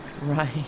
Right